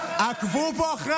עקבו לך אחרי